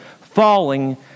falling